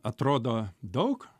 atrodo daug